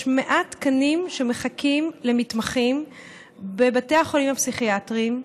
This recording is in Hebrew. יש 100 תקנים שמחכים למתמחים בבתי החולים הפסיכיאטריים,